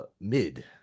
Mid